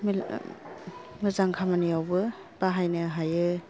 मेरला मोजां खामानिआवबो बाहायनो हायो